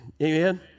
Amen